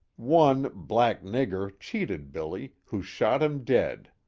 one black nigger cheated billy, who shot him dead.